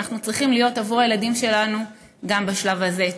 ואנחנו צריכים להיות עבור הילדים שלנו גם בשלב הזה.